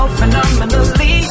phenomenally